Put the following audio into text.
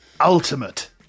Ultimate